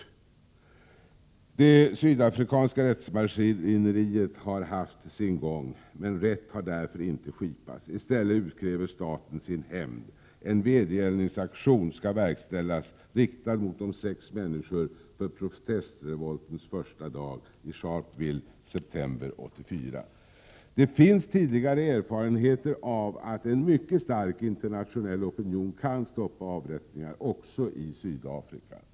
Det sydafrikanska rättsmaskineriet har haft sin gång, men rätt har för den skull inte skipats. I stället utkräver staten sin hämnd. En vedergällningsaktion skall verkställas riktad mot sex människor för protestrevoltens första dag i Sharpeville, september 1984. Det finns tidigare erfarenheter av att en mycket stark internationell opinion kan stoppa avrättningar också i Sydafrika.